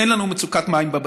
אין לנו מצוקת מים בבתים.